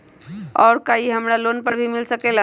और का इ हमरा लोन पर भी मिल सकेला?